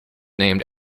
named